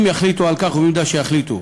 אם יחליטו על כך ובמידה שיחליטו.